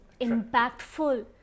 impactful